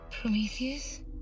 Prometheus